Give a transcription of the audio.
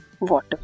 water